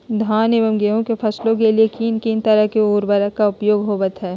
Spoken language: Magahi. धान एवं गेहूं के फसलों के लिए किस किस तरह के उर्वरक का उपयोग होवत है?